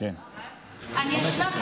אדוני היושב